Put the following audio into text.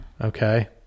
Okay